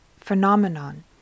phenomenon